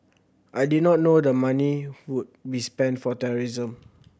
I did not know the money would be spent for terrorism